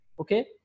okay